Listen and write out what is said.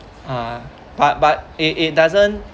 ah but but it it doesn't